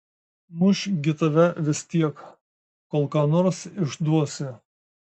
muš gi tave vis tiek kol ką nors išduosi